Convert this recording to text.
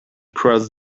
crossed